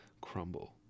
crumble